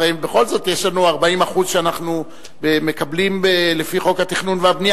הרי בכל זאת יש לנו 40% שאנחנו מקבלים לפי חוק התכנון והבנייה,